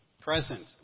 present